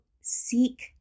seek